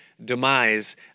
Demise